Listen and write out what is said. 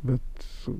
bet su